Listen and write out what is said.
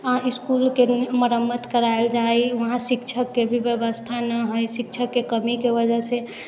स्कूलके मरम्मत करायल जाइ वहाँ शिक्षकके भी व्यवस्था ना हइ शिक्षकके कमीके वजहसँ